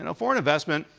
and foreign investment,